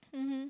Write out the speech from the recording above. mmhmm